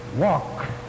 Walk